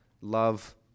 love